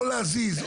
או להזיז,